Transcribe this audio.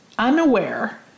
unaware